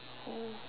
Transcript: oh